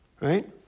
right